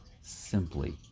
simply